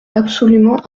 absolument